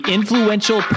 Influential